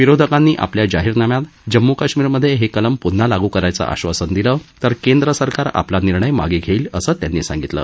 विरोधकांनी आपल्या जाहीरनाम्यात जम्मू काश्मीरमधे हे कलम पून्हा लागू करायचं आश्वासन दिलं तर केंद्र सरकार आपला निर्णय मागे घेईल असं ते म्हणाले